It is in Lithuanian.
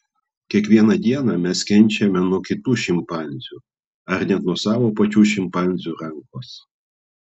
kiekvieną dieną mes kenčiame nuo kitų šimpanzių ar net nuo savo pačių šimpanzių rankos